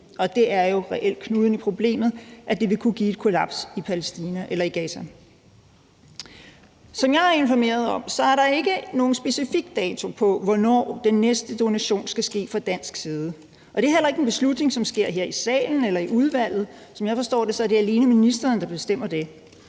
Det er jo reelt knuden i problemet, at det vil kunne give et kollaps i Gaza. Som jeg er informeret om, er der ikke nogen specifik dato for, hvornår den næste donation skal ske fra dansk side, og det er heller ikke en beslutning, som bliver truffet i salen eller i udvalget. Som jeg forstår det, er det alene ministeren, der bestemmer det.